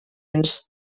ens